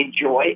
enjoy